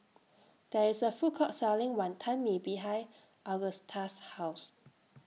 There IS A Food Court Selling Wantan Mee behind Agusta's House